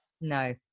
No